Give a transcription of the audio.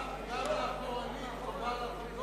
גם מאחור חייבים לחגור.